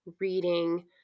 reading